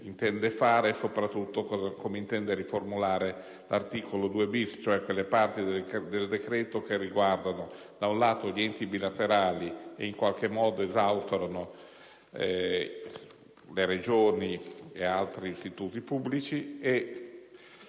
intende apportare, soprattutto come intende riformulare l'articolo 2-*bis*, cioè quelle parti del decreto che riguardano gli enti bilaterali che, in qualche modo, esautorano le Regioni e altri istituti pubblici, e